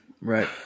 Right